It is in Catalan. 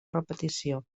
repetició